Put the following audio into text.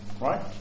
right